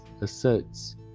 asserts